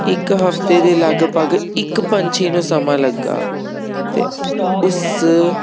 ਇੱਕ ਹਫਤੇ ਦੇ ਲਗਭਗ ਇੱਕ ਪੰਛੀ ਨੂੰ ਸਮਾਂ ਲੱਗਾ ਅਤੇ ਉਸ